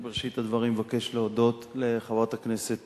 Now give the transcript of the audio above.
בראשית הדברים אבקש להודות לחברת הכנסת